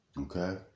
Okay